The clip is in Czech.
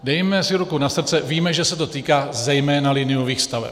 Dejme si ruku na srdce, víme, že se to týká zejména liniových staveb.